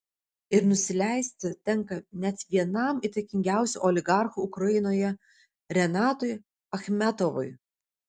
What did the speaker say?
ir nusileisti tenka net vienam įtakingiausių oligarchų ukrainoje renatui achmetovui